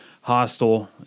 hostile